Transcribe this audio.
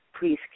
Please